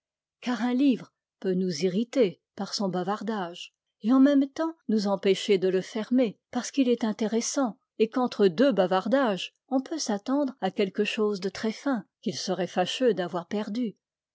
car un livre peut nous irriter par son bavardage et en même temps nous empêcher de le fermer parce qu'il est intéressant et qu'entre deux bavardages on peut s'attendre à quelque chose de très fin qu'il serait fâcheux d'avoir perdu